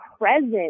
present